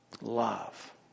Love